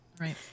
Right